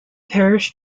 parish